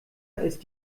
ist